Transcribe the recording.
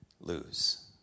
lose